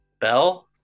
bell